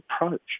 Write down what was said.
approach